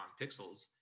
pixels